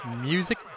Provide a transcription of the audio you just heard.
Music